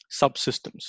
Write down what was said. subsystems